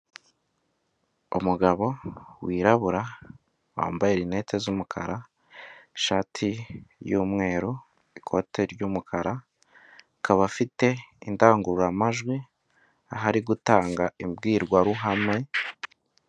Umugabo wirabura, wambaye linete z'umukara, ishati y'umweru, ikote ry'umukara, akaba afite indangururamajwi, aho ari gutanga imbwirwaruhame.